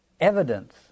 evidence